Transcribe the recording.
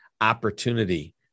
opportunity